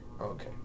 Okay